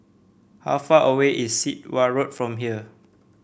how far away is Sit Wah Road from here